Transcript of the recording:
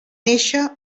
néixer